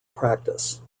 practice